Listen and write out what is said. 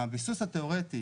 הביסוס התיאורטי